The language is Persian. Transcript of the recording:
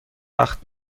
وقت